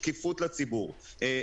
שקיפות לציבור,